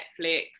Netflix